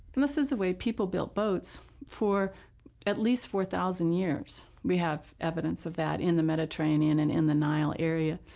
and this is a way people built boats for at least four thousand years. we have evidence of that in the mediterranean and in the nile area.